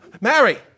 Mary